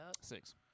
Six